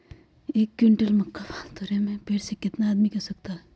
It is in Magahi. एक क्विंटल मक्का बाल तोरे में पेड़ से केतना आदमी के आवश्कता होई?